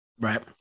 Right